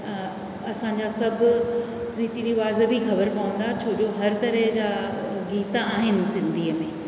असांजा सभु रिती रवाज़ बि ख़बर पवंदा छोजो हर तरह जा गीत आहिनि सिंधीअ में